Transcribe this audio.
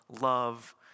love